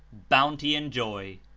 bounty and joy.